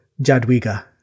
Jadwiga